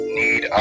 need